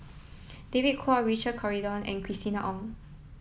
David Kwo Richard Corridon and Christina Ong